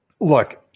look